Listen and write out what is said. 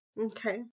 Okay